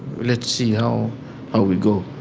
let's see how ah we go.